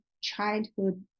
childhood